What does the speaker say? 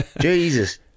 Jesus